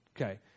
Okay